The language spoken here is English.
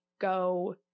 go